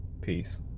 Peace